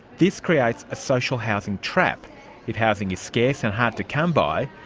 this creates a social housing trap if housing is scarce and hard to come by,